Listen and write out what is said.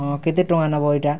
ହଁ କେତେ ଟଙ୍କା ନେବ ଇ'ଟା